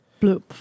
bloop